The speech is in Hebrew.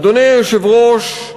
אדוני היושב-ראש,